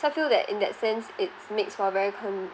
so I feel that in that sense it's makes for a very